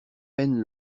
peine